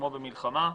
כמו במלחמה,